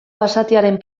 basatiaren